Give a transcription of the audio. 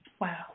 Wow